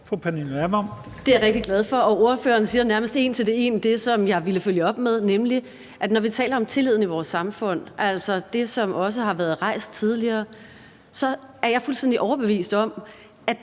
Det er jeg rigtig glad for, og partilederen siger nærmest en til en det, som jeg ville følge op med, nemlig at når vi taler om tilliden i vores samfund, som også har været rejst tidligere, så er jeg fuldstændig overbevist om, at